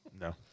No